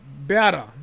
Better